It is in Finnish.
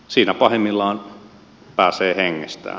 siinä pahimmillaan pääsee hengestään